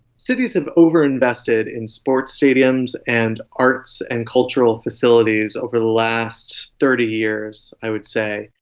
cities have over-invested in sports stadiums and arts and cultural facilities over the last thirty years i would say.